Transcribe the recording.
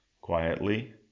quietly